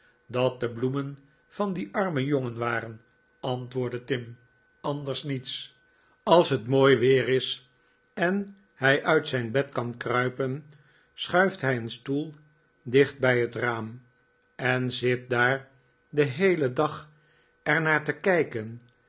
dat de bloemen van dien armen jongen waren antwoordde tim anders niets als het mooi weer is en hij uit zijn bed kan kruipen schuift hij een stoel dicht bij het taam en zit daar den heelen dag er naar te kijken